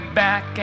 back